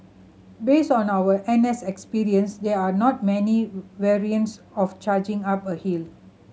based on our N S experience there are not many variants of charging up a hill